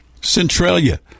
Centralia